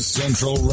central